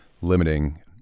limiting